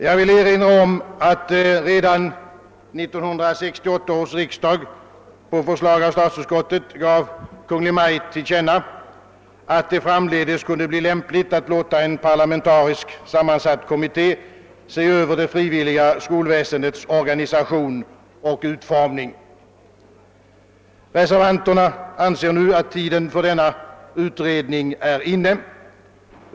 Jag vill erinra om att redan 1968 års riksdag på förslag av statsutskottet gav Kungl. Maj:t till känna att det framdeles skulle bli lämpligt att låta en parlamentariskt sammansatt kommitté se över det frivilliga skolväsendets organisation och utformning. Reservanterna anser att tiden för denna utredning nu är inne.